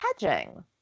hedging